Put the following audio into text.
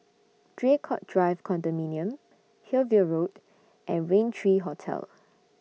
Draycott Drive Condominium Hillview Road and Rain three Hotel